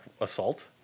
Assault